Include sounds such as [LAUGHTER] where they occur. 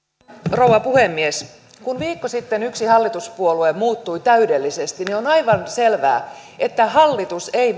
rouva puhemies kun viikko sitten yksi hallituspuolue muuttui täydellisesti oli aivan selvää että hallitus ei [UNINTELLIGIBLE]